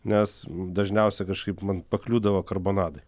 nes dažniausiai kažkaip man pakliūdavo karbonadai